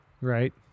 Right